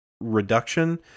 reduction